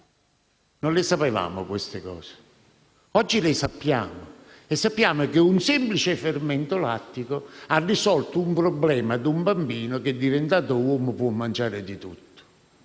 Non le sapevamo queste cose. Oggi le sappiamo e sappiamo che un semplice fermento lattico ha risolto il problema di un bambino che è diventato uomo e può mangiare di tutto.